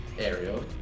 Ariel